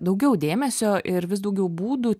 daugiau dėmesio ir vis daugiau būdų